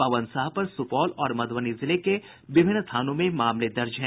पवन साह पर सुपौल और मध्रबनी जिले के विभिन्न थानों में मामले दर्ज है